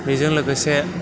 बेजों लोगोसे